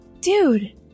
Dude